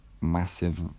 massive